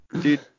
dude